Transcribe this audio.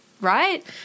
right